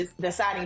deciding